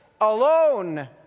alone